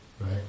right